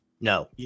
No